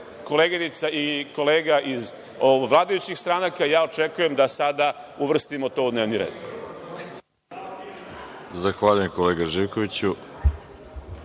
koleginica i kolega iz vladajućih stranaka, ja očekujem da sada uvrstimo to u dnevni red.